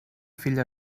filla